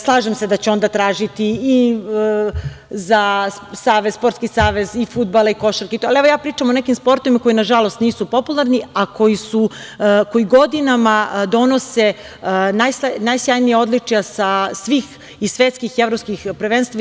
Slažem se da će onda tražiti i za Sportski savez, i za fudbal, i za košarku, ali evo, pričam o nekim sportovima koji nažalost, nisu popularni, a koji godinama donose najsjajnija odličja iz svih i svetskih i evropskih prvenstava.